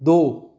ਦੋ